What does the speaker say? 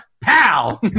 pal